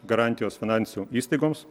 garantijos finansų įstaigoms